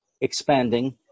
expanding